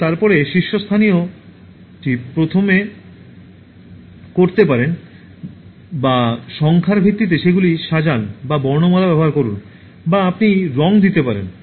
এবং তারপরে শীর্ষস্থানীয়টি প্রথমে করতে পারেন বা সংখ্যার ভিত্তিতে সেগুলি সাজান বা বর্ণমালা ব্যবহার করুন বা আপনি রঙ দিতে পারেন